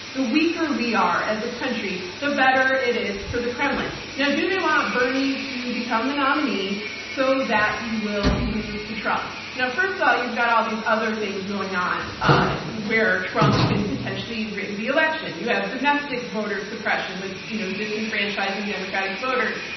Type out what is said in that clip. the weaker we are as a country, the better it is for the kremlin. now, do they want bernie to become the nominee so that he will lose to trump? now, first of all, you've got all these other things going on where trump can potentially rig the election. you have domestic voter suppression with you know disenfranchising democratic voters,